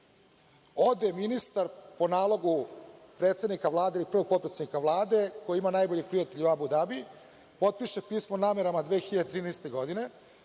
Ode ministar po nalogu predsednika Vlade ili prvog potpredsednika Vlade, koji ima najboljeg prijatelja u Abu Dabiju, potpiše pismo o namerama 2013. godine,